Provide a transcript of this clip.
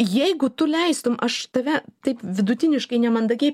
jeigu tu leistum aš tave taip viduniškai nemandagiai